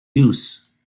use